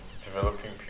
developing